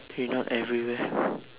we're everywhere